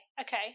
Okay